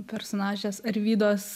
personažės arvydos